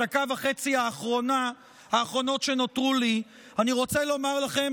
בדקה וחצי האחרונות שנותרו לי אני רוצה לומר לכם,